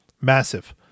massive